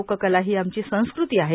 लोककला ही आमची संस्कृती आहे